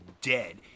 dead